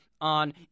on